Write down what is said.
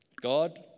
God